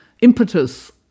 impetus